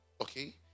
okay